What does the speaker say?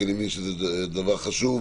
כי אני מבין שזה דבר חשוב,